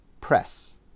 Press